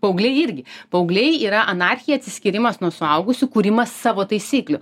paaugliai irgi paaugliai yra anarchija atsiskyrimas nuo suaugusių kūrimas savo taisyklių